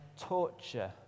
torture